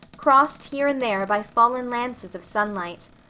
crossed here and there by fallen lances of sunlight.